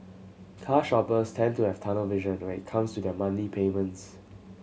car shoppers tend to have tunnel vision when comes to their monthly payments